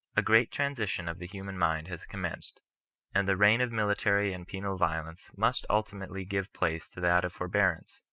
a great transition of the human mind has commenced and the reign of military and penal violence must ultimately give place to that of forbearance,